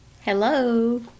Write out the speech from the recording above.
hello